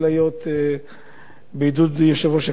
בעידוד יושב-ראש הכנסת.